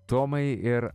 tomai ir